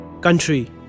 country